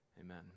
amen